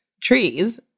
trees